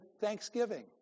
Thanksgiving